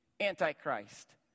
Antichrist